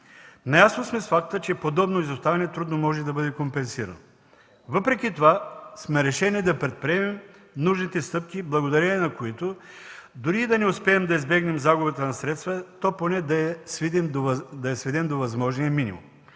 Наясно сме с факта, че подобно изоставане трудно може да бъде компенсирано. Въпреки това сме решени да предприемем нужните стъпки, благодарение на които, дори да не успеем да избегнем загубата на средства, то поне да я сведем до възможния минимум.